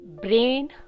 brain